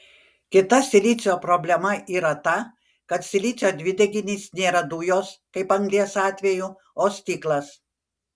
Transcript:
kita silicio problema yra ta kad silicio dvideginis nėra dujos kaip anglies atveju o stiklas